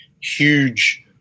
huge